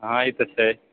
हाँ ई तऽ छै